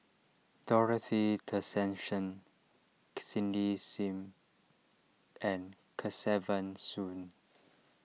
Dorothy Tessensohn Cindy Sim and Kesavan Soon